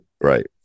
right